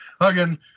again